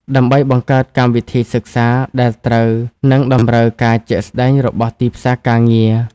ដើម្បីបង្កើតកម្មវិធីសិក្សាដែលត្រូវនឹងតម្រូវការជាក់ស្តែងរបស់ទីផ្សារការងារ។